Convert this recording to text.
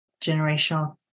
generational